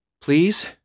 Please